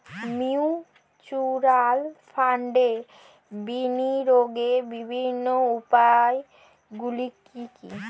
Mutual ফান্ডে বিনিয়োগের বিভিন্ন উপায়গুলি কি কি?